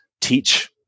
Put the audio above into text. teach